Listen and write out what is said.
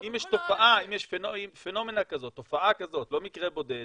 אם יש תופעה כזאת, פנומנה כזאת, לא מקרה בודד,